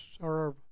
serve